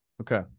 okay